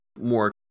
more